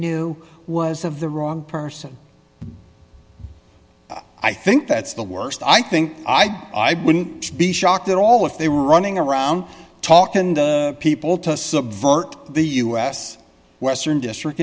knew was of the wrong person i think that's the worst i think i've wouldn't be shocked at all if they were running around talking people to subvert the us western district